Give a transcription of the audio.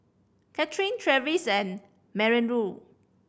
Katherin Travis and Minoru